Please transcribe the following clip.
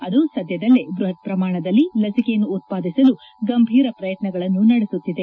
ಅದು ಸದ್ದದಲ್ಲೇ ಬೃಹತ್ ಪ್ರಮಾಣದಲ್ಲಿ ಲಚಿಯನ್ನು ಉತ್ವಾದಿಸಲು ಗಂಭೀರ ಪ್ರಯತ್ನಗಳನ್ನು ನಡೆಸುತ್ತಿದೆ